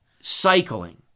cycling